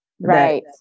Right